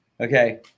Okay